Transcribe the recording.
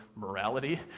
morality